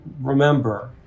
remember